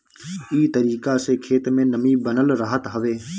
इ तरीका से खेत में नमी बनल रहत हवे